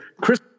chris